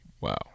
Wow